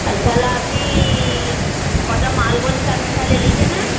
আছা তাহলে আপনি কটা মাল বলছি আপনি তাহলে লিখে নেন